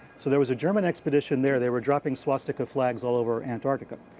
so there was a german expedition there. they were dropping swastika flags all over antarctica.